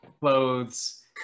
clothes